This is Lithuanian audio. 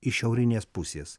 iš šiaurinės pusės